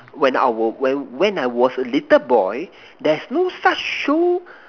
when I was when when I was a little boy there's no such show